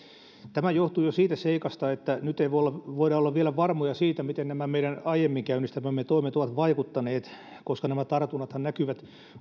tämä johtuu jo siitä seikasta että nyt ei voida olla vielä varmoja siitä miten nämä meidän aiemmin käynnistämämme toimet ovat vaikuttaneet koska tartunnathan näkyvät